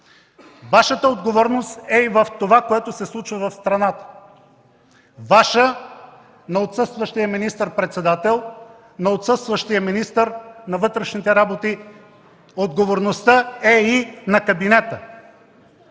Вашата отговорност е и в това, което се случва в страната. Ваша, на отсъстващия министър-председател, на отсъстващия министър на вътрешните работи, отговорността е и на кабинета.